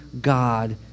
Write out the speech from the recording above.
God